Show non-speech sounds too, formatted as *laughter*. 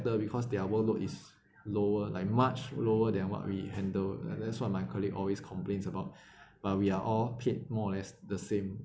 because their workload is lower like much lower than what we handle and that's what my colleague always complains about *breath* but we are all paid more or less the same